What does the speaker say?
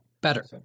Better